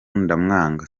ndamwanga